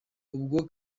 ubwo